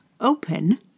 open